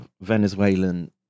venezuelan